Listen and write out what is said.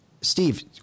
Steve